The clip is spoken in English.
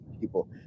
people